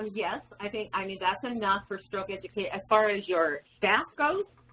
yes, i mean, i mean that's enough for stroke education, as far as your staff goes.